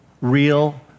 real